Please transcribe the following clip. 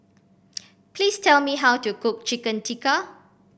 please tell me how to cook Chicken Tikka